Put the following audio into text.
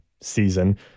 season